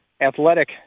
athletic